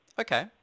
Okay